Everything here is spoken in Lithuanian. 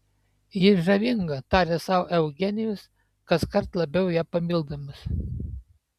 ji žavinga tarė sau eugenijus kaskart labiau ją pamildamas